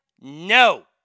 No